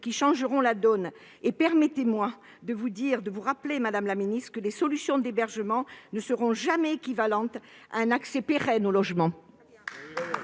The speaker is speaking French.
qui changeront la donne. Et permettez-moi de vous rappeler que des solutions d'hébergement ne seront jamais équivalentes à un accès pérenne au logement.